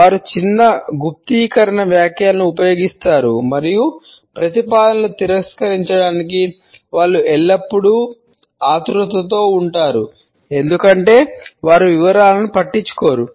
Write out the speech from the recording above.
వారు చిన్న గుప్తీకరణ వాక్యాలను ఉపయోగిస్తారు మరియు ప్రతిపాదనలను తిరస్కరించడానికి వారు ఎల్లప్పుడూ ఆతురుతలో ఉంటారు ఎందుకంటే తరచుగా వారు వివరాలను పట్టించుకోరు